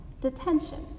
detention